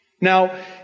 Now